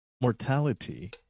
Mortality